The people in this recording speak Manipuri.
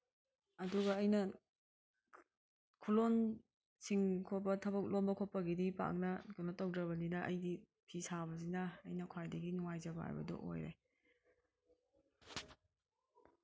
ꯑꯗꯨꯒ ꯑꯩꯅ ꯈꯨꯂꯣꯟꯁꯤꯡ ꯈꯣꯠꯄ ꯊꯕꯛ ꯂꯣꯟꯕ ꯈꯣꯠꯄꯒꯤꯗꯤ ꯄꯥꯛꯅ ꯀꯩꯅꯣ ꯇꯧꯗ꯭ꯔꯕꯅꯤꯅ ꯑꯩꯗꯤ ꯐꯤ ꯁꯥꯕꯁꯤꯅ ꯑꯩꯅ ꯈ꯭ꯋꯥꯏꯗꯒꯤ ꯅꯨꯡꯉꯥꯏꯖꯕ ꯍꯥꯏꯕꯗꯨ ꯑꯣꯏꯔꯦ